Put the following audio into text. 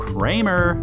Kramer